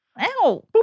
Ow